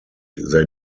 they